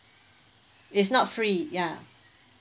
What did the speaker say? it's not free ya